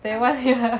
um